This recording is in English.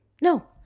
No